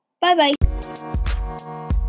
Bye-bye